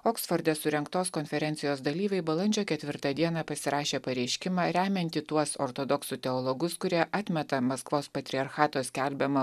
oksforde surengtos konferencijos dalyviai balandžio ketvirtą dieną pasirašė pareiškimą remiantį tuos ortodoksų teologus kurie atmeta maskvos patriarchato skelbiamą